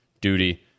duty